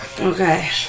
Okay